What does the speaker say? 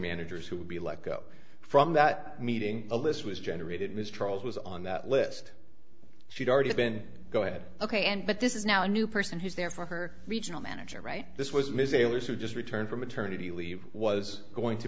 managers who would be let go from that meeting a list was generated mistrials was on that list she'd already been go ahead ok and but this is now a new person who's there for her regional manager right this was ms eyler so just returned from maternity leave was going to